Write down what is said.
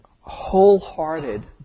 wholehearted